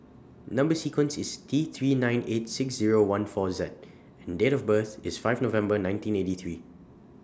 Number sequence IS T three nine eight six Zero one four Z and Date of birth IS five November nineteen eighty three